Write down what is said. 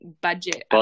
budget